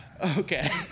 Okay